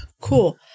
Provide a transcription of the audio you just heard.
Cool